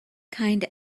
kind